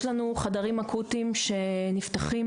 יש לנו חדרים אקוטיים שנפתחים,